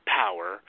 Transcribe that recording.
power